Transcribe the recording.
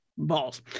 balls